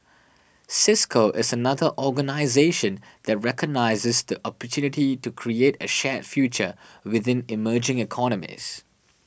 Cisco is another organisation that recognises the opportunity to create a shared future within emerging economies